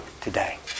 today